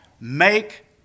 make